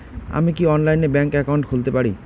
আমি কি অনলাইনে ব্যাংক একাউন্ট খুলতে পারি?